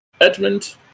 Edmund